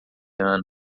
ano